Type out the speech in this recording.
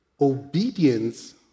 obedience